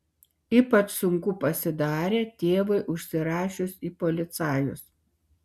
ypač sunku pasidarė tėvui užsirašius į policajus